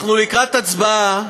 אנחנו לקראת הצבעה,